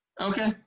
Okay